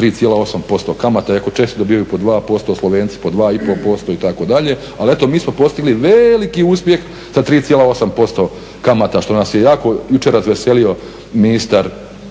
3,8% kamata iako često dobivaju po 2%, Slovenci 2 i pol posto itd. Ali eto mi smo postigli veliki uspjeh sa 3,8% kamata što nas je jako jučer razveselio ministar, novi